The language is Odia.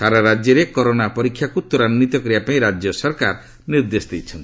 ସାରା ରାଜ୍ୟରେ କରୋନା ପରୀକ୍ଷାକୁ ତ୍ୱରାନ୍ୱିତ କରିବା ପାଇଁ ରାଜ୍ୟ ସରକାର ନିର୍ଦ୍ଦେଶ ଦେଇଛନ୍ତି